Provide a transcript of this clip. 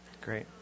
great